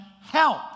help